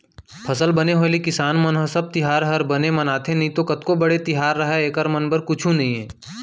फसल बने होय ले किसान मन ह सब तिहार हर बने मनाथे नइतो कतको बड़े तिहार रहय एकर मन बर कुछु नइये